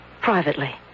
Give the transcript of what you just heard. privately